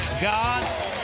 God